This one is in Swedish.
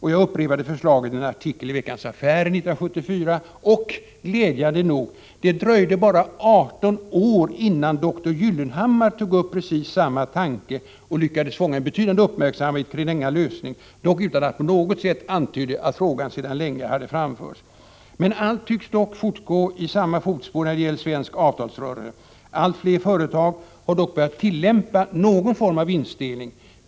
Jag upprepade förslaget i en artikel i Veckans Affärer 1974. Det dröjde, glädjande nog, bara 18 år innan dr Gyllenhammar tog upp precis samma tanke och lyckades fånga en betydande uppmärksamhet kring denna lösning, dock utan att på något sätt antyda att frågan hade framförts långt tidigare. Men allt tycks trots allt fortgå i samma fotspår när det gäller svensk avtalsrörelse. Allt fler företag har dock börjat tillämpa någon form av vinstdelning.